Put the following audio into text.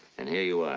and here you are.